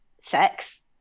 sex